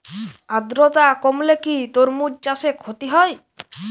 আদ্রর্তা কমলে কি তরমুজ চাষে ক্ষতি হয়?